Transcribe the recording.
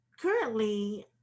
currently